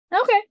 Okay